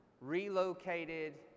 relocated